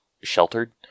sheltered